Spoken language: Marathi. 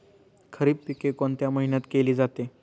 खरीप पिके कोणत्या महिन्यात केली जाते?